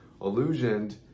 illusioned